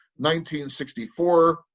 1964